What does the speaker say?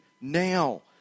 now